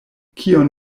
kion